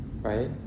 right